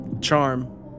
Charm